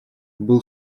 был